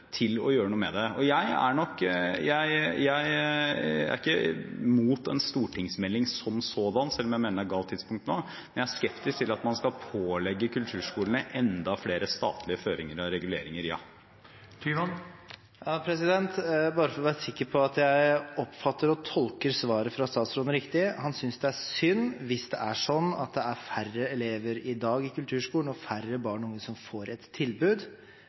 til å gjøre noe med det. Jeg er ikke imot en stortingsmelding som sådan, selv om jeg mener det er galt tidspunkt nå, men jeg er skeptisk til at man skal pålegge kulturskolene enda flere statlige føringer og reguleringer. Bare for å være sikker på at jeg oppfatter og tolker svaret fra statsråden riktig: Han synes det er synd hvis det er slik at det er færre elever i dag i kulturskolen og færre barn og unge som får et tilbud,